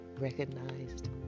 recognized